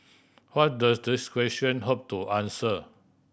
what does these question hope to answer